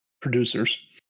producers